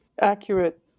accurate